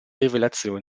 rivelazione